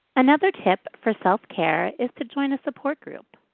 another tip for self-care is to join a support group.